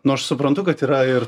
nu aš suprantu kad yra ir